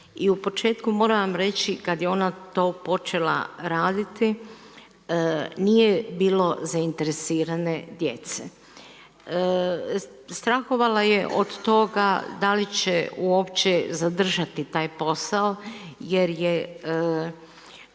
I u početku moram vam reći kada je ona to počela raditi, nije bilo zainteresirane djece. Strahovala je od toga da li će uopće zadržati taj posao jer je